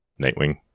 Nightwing